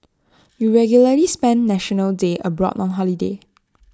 you regularly spend National Day abroad on holiday